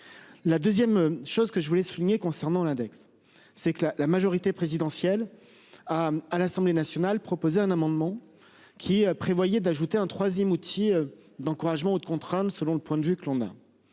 La 2ème, chose que je voulais souligner concernant l'index. C'est que la la majorité présidentielle. À l'Assemblée nationale, proposé un amendement qui prévoyait d'ajouter un 3ème outil d'encouragement ou de contrainte selon le point de vue que l'on a.